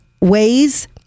ways